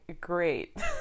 great